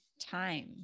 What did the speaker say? time